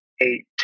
eight